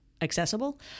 accessible